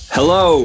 Hello